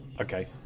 Okay